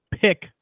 pick